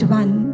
one